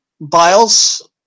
Biles